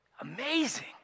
amazing